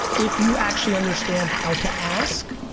if you actually understand how to ask,